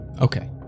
Okay